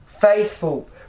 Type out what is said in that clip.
faithful